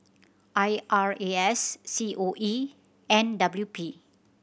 I R A S C O E and W P